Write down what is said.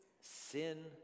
sin